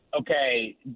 okay